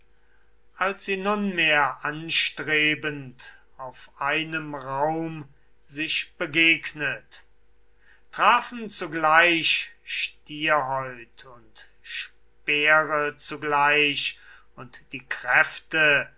als sie nunmehr anstrebend auf einem raum sich begegnet trafen zugleich stierhäut und speere zugleich und die kräfte